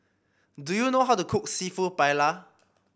do you know how to cook seafood Paella